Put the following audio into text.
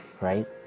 right